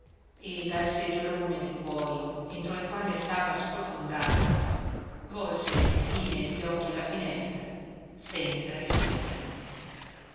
e dal seggiolone di cuojo entro al quale stava sprofondato volse infine gli occhi alla finestra senza rispondermi